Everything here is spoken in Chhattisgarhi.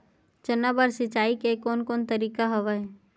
चना बर सिंचाई के कोन कोन तरीका हवय?